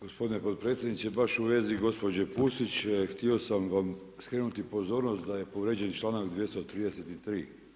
Gospodine potpredsjedniče, baš u vezi gospođe Pusić, htio sam vam skrenuti pozornost da je povrijeđen članak 233.